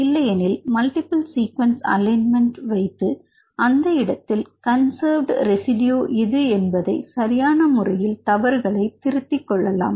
இல்லையெனில் multiple sequence alignment வைத்து அந்த இடத்தில் கன்செர்வேட் ரெசிடியோ எது என்பதை சரியான முறையில் தவறுகளை திருத்திக் கொள்ளலாம்